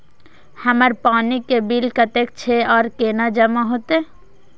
हमर पानी के बिल कतेक छे और केना जमा होते?